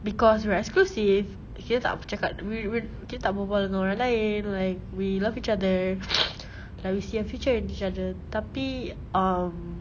because we are exclusive kita tak cakap we we kita tak berbual dengan orang lain like we love each other like we see a future in each other tapi um